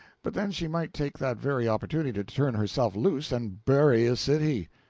but then she might take that very opportunity to turn herself loose and bury a city.